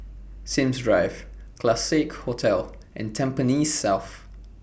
Sims Drive Classique Hotel and Tampines South